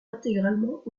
intégralement